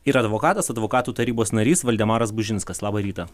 ir advokatas advokatų tarybos narys valdemaras bužinskas labą rytą